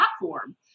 platform